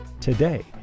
Today